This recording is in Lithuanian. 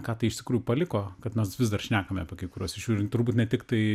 ką tai iš tikrųjų paliko kad mes vis dar šnekame apie kai kuriuos žiūrint turbūt ne tiktai